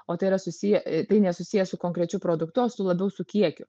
o tai yra susiję tai nesusiję su konkrečiu produktu o su labiau su kiekiu